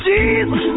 Jesus